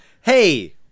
Hey